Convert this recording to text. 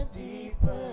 deeper